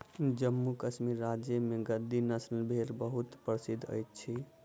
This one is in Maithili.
जम्मू कश्मीर राज्य में गद्दी नस्लक भेड़ बहुत प्रसिद्ध अछि